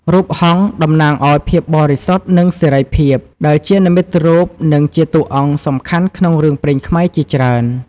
រូបហង្សតំណាងឱ្យភាពបរិសុទ្ធនិងសេរីភាព ដែលជានិមិត្តរូបនិងជាតួអង្គសំខាន់ក្នុងរឿងព្រេងខ្មែរជាច្រើន។